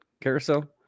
carousel